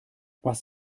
was